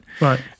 right